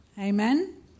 Amen